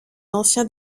anciens